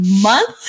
month